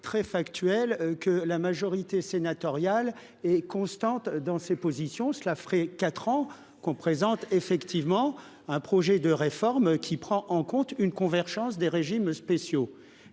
très factuel : la majorité sénatoriale est constante dans ses positions. Voilà quatre ans que nous présentons un projet de réforme qui prend en compte une convergence des régimes spéciaux.